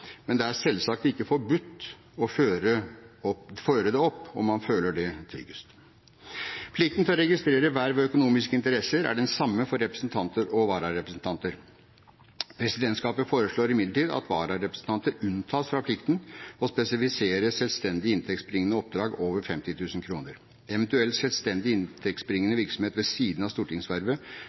men det er selvsagt ikke forbudt å føre det opp om man følger det tryggest. Plikten til å registrere verv og økonomiske interesser er den samme for representanter og vararepresentanter. Presidentskapet foreslår imidlertid at vararepresentanter unntas fra plikten til å spesifisere selvstendige inntektsbringende oppdrag over 50 000 kr. En eventuell selvstendig inntektsbringende virksomhet ved siden av stortingsvervet